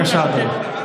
זה בסדר שהגנתי עליך.